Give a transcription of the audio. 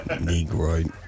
Negroid